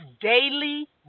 daily